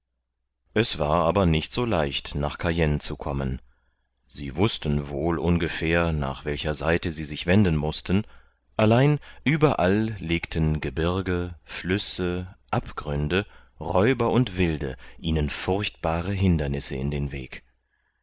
es war aber nicht so leicht nach cayenne zu kommen sie wußten wohl ungefähr nach welcher seite sie sich wenden mußten allein überall legten gebirge flüsse abgründe räuber und wilde ihnen furchtbare hindernisse in den weg